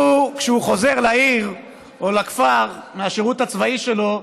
הוא, כשהוא חוזר לעיר או לכפר מהשירות הצבאי שלו,